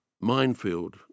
minefield